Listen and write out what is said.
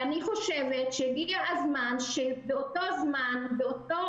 אני חושבת שהגיע הזמן שבאותה עת,